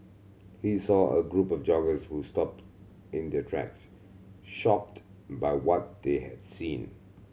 he saw a group of joggers who stopped in their tracks shocked by what they had seen